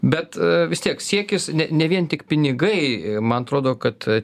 bet vis tiek siekis ne ne vien tik pinigai man atrodo kad